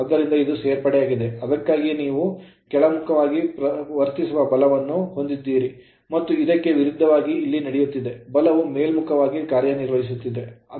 ಆದ್ದರಿಂದ ಇದು ಸೇರ್ಪಡೆಯಾಗಿದೆ ಅದಕ್ಕಾಗಿಯೇ ನೀವು ಕೆಳಮುಖವಾಗಿ ವರ್ತಿಸುವ ಬಲವನ್ನು ಹೊಂದಿದ್ದೀರಿ ಮತ್ತು ಇದಕ್ಕೆ ವಿರುದ್ಧವಾಗಿ ಇಲ್ಲಿ ನಡೆಯುತ್ತಿದೆ ಬಲವು ಮೇಲ್ಮುಖವಾಗಿ ಕಾರ್ಯನಿರ್ವಹಿಸುತ್ತಿದೆ